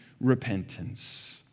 repentance